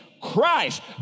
Christ